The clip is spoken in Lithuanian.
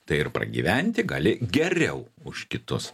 tai ir pragyventi gali geriau už kitus